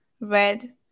red